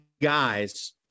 guys